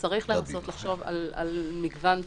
וצריך לנסות לחשוב על מגוון תרחישים.